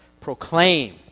proclaim